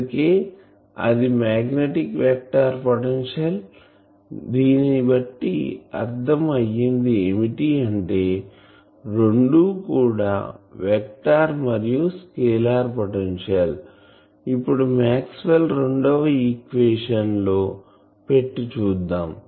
అందుకే అది magnetic vector potential దీని బట్టి అర్ధం అయ్యేది ఏమిటి అంటే రెండు కూడా వెక్టార్ మరియు స్కేలార్ పొటెన్షియల్ ఇప్పుడు మాక్స్వెల్ రెండవ ఈక్వేషన్ లో పెట్టి చూద్దాం